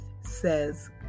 says